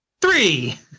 Three